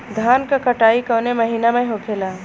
धान क कटाई कवने महीना में होखेला?